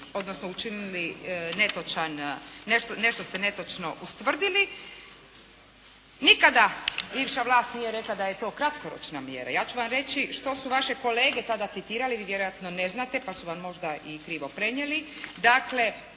odnosno učinili netočan, nešto ste netočno ustvrdili. Nikada bivša vlast nije rekla da je to kratkoročna mjera. Ja ću vam reći što su vaše kolege tada citirali. Vi vjerojatno ne znate pa su vam možda i krivo prenijeli. Dakle,